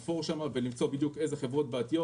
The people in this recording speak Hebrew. לחפור שם ולמצוא בדיוק אילו חברות הן בעייתיות,